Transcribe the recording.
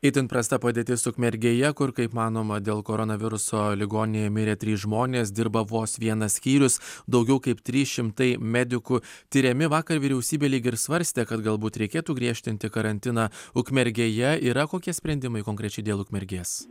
itin prasta padėtis ukmergėje kur kaip manoma dėl koronaviruso ligoninėje mirė trys žmonės dirba vos vienas skyrius daugiau kaip trys šimtai medikų tiriami vakar vyriausybė lyg ir svarstė kad galbūt reikėtų griežtinti karantiną ukmergėje yra kokie sprendimai konkrečiai dėl ukmergės